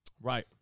Right